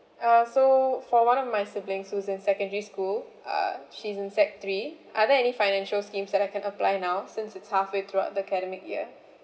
uh so for one of my siblings who's in secondary school uh she's in sec three are there any financial schemes that I can apply now since it's halfway throughout the academic year